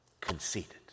conceited